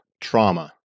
trauma